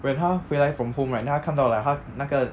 when 他回来 from home right then 他看到 like 他那个